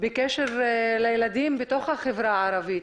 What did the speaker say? בקשר לילדים בתוך החברה הערבית.